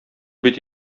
бит